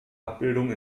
abbildung